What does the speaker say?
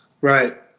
Right